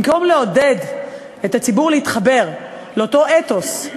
במקום לעודד את הציבור להתחבר לאותו אתוס,